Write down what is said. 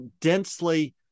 densely